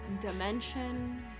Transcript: dimension